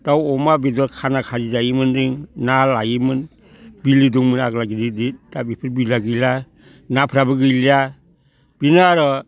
दाउ अमा बेदर खाना खाजि जायोमोन जों ना लायोमोन बिलो दंमोन आगोलो गिदिर गिदिर दा बेफोर बिलोआ गैला नाफ्राबो गैलिया बेनो आरो